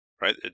right